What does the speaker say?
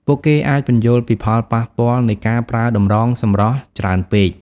ពួកគេអាចពន្យល់ពីផលប៉ះពាល់នៃការប្រើតម្រងសម្រស់ច្រើនពេក។